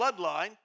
bloodline